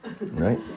Right